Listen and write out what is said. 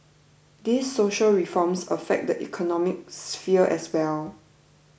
these social reforms affect the economic sphere as well